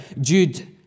Jude